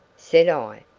said i.